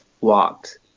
walked